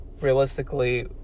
Realistically